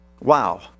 Wow